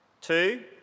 Two